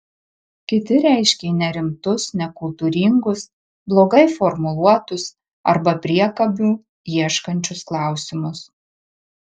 kiti reiškė nerimtus nekultūringus blogai formuluotus arba priekabių ieškančius klausimus